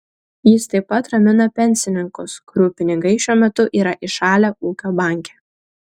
jis taip pat ramina pensininkus kurių pinigai šiuo metu yra įšalę ūkio banke